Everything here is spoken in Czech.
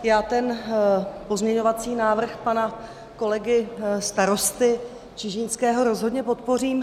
Já ten pozměňovací návrh pana kolegy starosty Čižinského rozhodně podpořím.